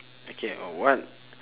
okay uh what